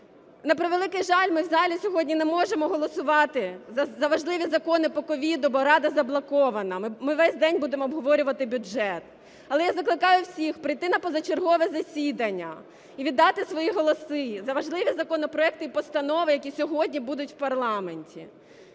На превеликий жаль, ми в залі сьогодні не можемо голосувати за важливі закони по COVID, бо Рада заблокована: ми весь день будемо обговорювати бюджет. Але я закликаю всіх прийти на позачергове засідання і віддати свої голоси за важливі законопроекти і постанови, які сьогодні будуть в парламенті,